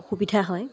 সুবিধা হয়